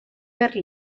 per